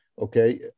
Okay